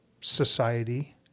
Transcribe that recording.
society